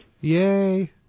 yay